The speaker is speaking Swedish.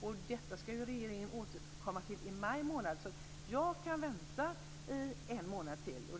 Till detta återkommer regeringen i maj månad så jag kan vänta en månad till.